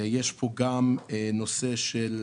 יש כאן גם נושא של